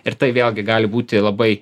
ir tai vėlgi gali būti labai